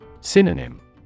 Synonym